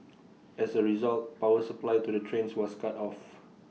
as A result power supply to the trains was cut off